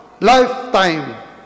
Lifetime